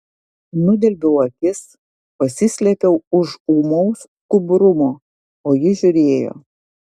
nudelbiau akis pasislėpiau už ūmaus skubrumo o ji žiūrėjo